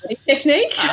technique